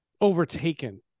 overtaken